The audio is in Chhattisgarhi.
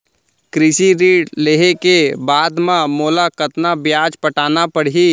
कृषि ऋण लेहे के बाद म मोला कतना ब्याज पटाना पड़ही?